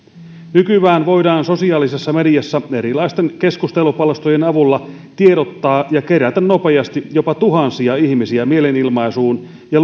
nykyään voidaan sosiaalisessa mediassa erilaisten keskustelupalstojen avulla tiedottaa ja kerätä nopeasti jopa tuhansia ihmisiä mielenilmaisuun ja